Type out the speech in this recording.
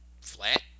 flat